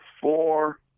four